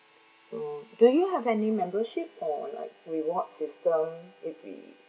mm do you have any membership or like rewards system if we